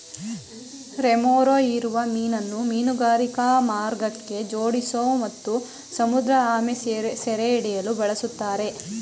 remora ಹೀರುವ ಮೀನನ್ನು ಮೀನುಗಾರಿಕಾ ಮಾರ್ಗಕ್ಕೆ ಜೋಡಿಸೋ ಮತ್ತು ಸಮುದ್ರಆಮೆ ಸೆರೆಹಿಡಿಯಲು ಬಳುಸ್ತಾರೆ